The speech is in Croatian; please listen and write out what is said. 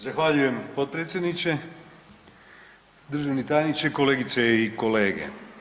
Zahvaljujem potpredsjedniče, državni tajniče, kolegice i kolege.